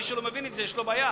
מי שלא מבין את זה יש לו בעיה.